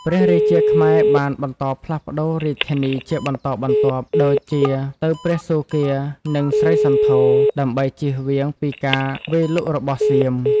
ព្រះរាជាខ្មែរបានបន្តផ្លាស់ប្តូររាជធានីជាបន្តបន្ទាប់ ដូចជាទៅព្រះសួគ៌ានិងស្រីសន្ធរ ដើម្បីជៀសវាងពីការវាយលុករបស់សៀម។